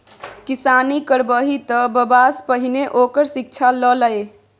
किसानी करबही तँ बबासँ पहिने ओकर शिक्षा ल लए